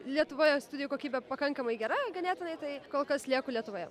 lietuvoje studijų kokybė pakankamai gera ganėtinai tai kol kas lieku lietuvoje